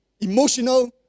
emotional